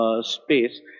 space